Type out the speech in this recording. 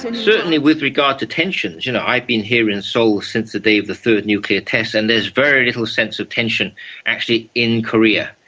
and certainly with regard to tensions, you know, i've been here in seoul since the day of the third nuclear test and there is very little sense of tension actually in korea,